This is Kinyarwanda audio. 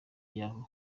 y’aho